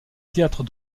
théâtre